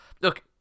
look